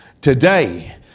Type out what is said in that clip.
today